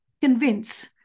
convince